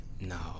No